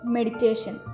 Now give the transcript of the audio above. Meditation